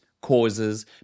causes